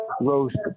Roast